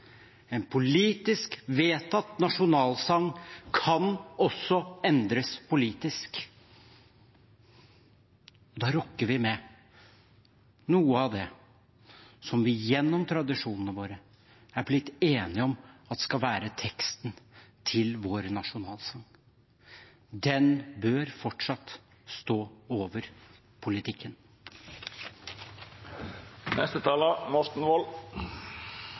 en politisk vedtatt nasjonalsang kan også endres politisk. Da rokker vi ved noe av det vi gjennom tradisjonen vår er blitt enige om skal være teksten til vår nasjonalsang. Den bør fortsatt stå over